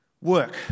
work